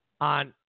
on